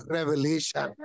Revelation